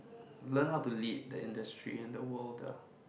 learn how to lead the industry and the world the